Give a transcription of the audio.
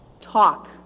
talk